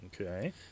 Okay